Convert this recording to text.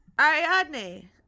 Ariadne